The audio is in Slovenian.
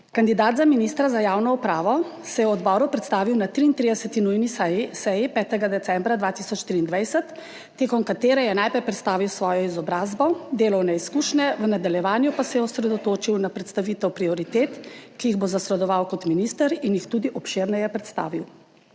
Kandidat za ministra za javno upravo se je v odboru predstavil na 33. nujni seji 5. decembra 2023, tekom katere je najprej predstavil svojo izobrazbo, delovne izkušnje, v nadaljevanju pa se je osredotočil na predstavitev prioritet, ki jih bo zasledoval kot minister in jih tudi obširneje predstavil.